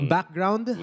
Background